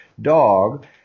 dog